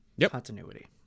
Continuity